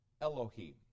Elohim